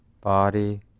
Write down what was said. body